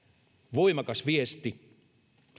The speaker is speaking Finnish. voimakas viesti